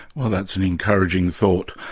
well that's an encouraging thought.